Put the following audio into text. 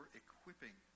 equipping